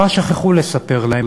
מה שכחו לספר להם?